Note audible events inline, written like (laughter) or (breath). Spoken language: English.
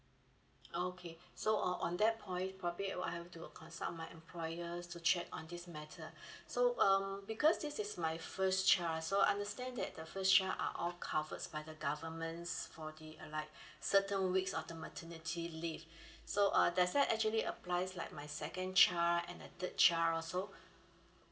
oh okay (breath) so on on that point probably I have to consult my employers to check on this matter (breath) so um because this is my first child so understand that the first child are all covered by the governments for the uh like (breath) certain weeks of the maternity leave (breath) so uh does that actually applies like my second child and a third child also